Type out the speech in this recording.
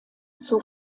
zur